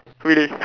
really